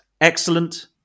Excellent